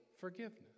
forgiveness